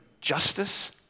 justice